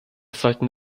sollten